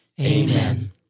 Amen